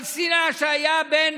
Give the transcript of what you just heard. על שנאה שהייתה בין